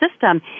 system